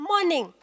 Morning